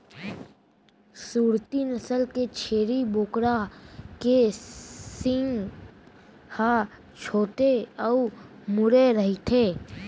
सूरती नसल के छेरी बोकरा के सींग ह छोटे अउ मुड़े रइथे